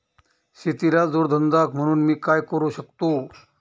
शेतीला जोड धंदा म्हणून मी काय करु शकतो?